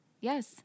Yes